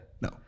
No